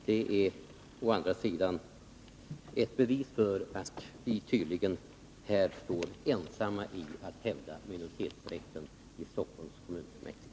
Det är å andra sidan ett bevis för att vi tydligen här står ensamma i fråga om att hävda minoritetens rätt i Stockholms kommunfullmäktige.